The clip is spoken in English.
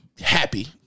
Happy